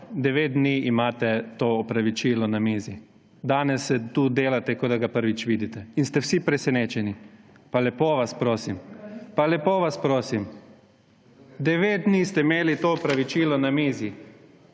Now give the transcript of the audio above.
devet dni imate to opravičilo na mizi, danes se tu delate, kot da ga prvič vidite in ste vsi presenečeni. Pa lepo vas prosim! Pa lepo vas prosim! Devet dni ste imeli to opravičilo na mizi.